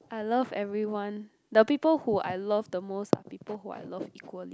I love everyone the people who I love the most the people I love equally